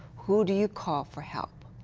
who do you call for help?